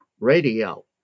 radio